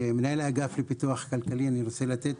כמנהל האגף לפיתוח כלכלי אני רוצה לתת